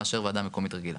מאשר וועדה מקומית רגילה.